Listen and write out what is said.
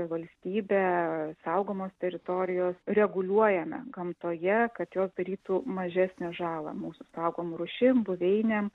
valstybė saugomos teritorijos reguliuojame gamtoje kad jos darytų mažesnę žalą mūsų saugomom rūšim buveinėm